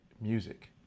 music